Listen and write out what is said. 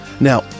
Now